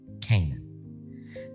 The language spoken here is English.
Canaan